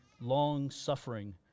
long-suffering